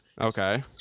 Okay